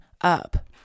up